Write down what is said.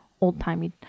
old-timey